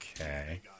Okay